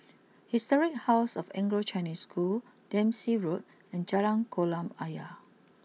Historic house of Anglo Chinese School Dempsey Road and Jalan Kolam Ayer